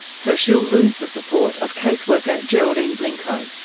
so she'll lose the support of caseworker geraldine blinco.